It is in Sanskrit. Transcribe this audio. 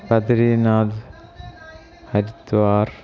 बद्रीनाथ् हरिद्वार्